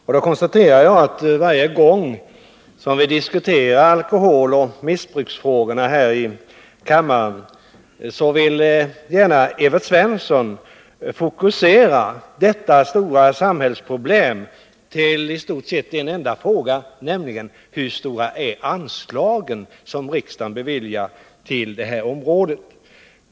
Jag konstaterar att Evert Svensson varje gång vi diskuterar alkoholoch missbruksfrågorna här i kammaren vill fokusera i stort sett endast en enda fråga i detta stora problem, nämligen storleken av de anslag som riksdagen beviljar på detta område.